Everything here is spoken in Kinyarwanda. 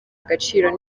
agaciro